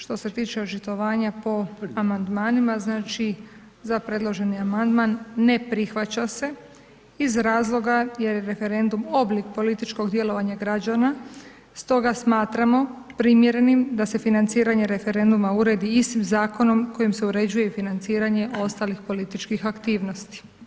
Što se tiče očitovanja po amandmanima, znači, za predloženi amandman ne prihvaća se iz razloga jer je referendum oblik političkog djelovanja građana, stoga smatramo primjerenim da se financiranje referenduma uredi istim zakonom kojim se uređuje i financiranje ostalih političkih aktivnosti.